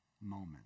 moment